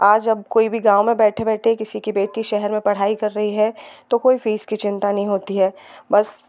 आज अब कोई भी गाँव में बैठे बैठे किसी की बेटी शहर में पढ़ाई कर रही है तो कोई फीस की चिंता नहीं होती है बस